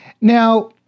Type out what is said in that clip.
now